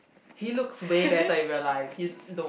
he looks way better in real life he look